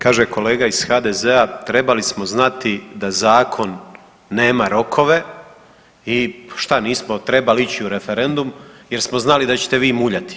Kaže kolega iz HDZ-a, trebali smo znati da zakon nema rokove i šta, nismo trebali ići u referendum jer smo znali da ćete vi muljati.